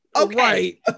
Okay